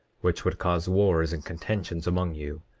which would cause wars and contentions among you,